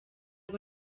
hari